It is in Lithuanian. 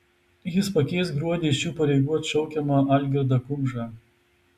jis pakeis gruodį iš šių pareigų atšaukiamą algirdą kumžą